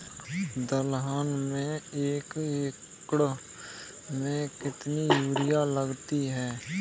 दलहन में एक एकण में कितनी यूरिया लगती है?